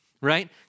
right